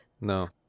No